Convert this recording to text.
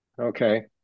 okay